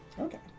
Okay